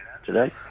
today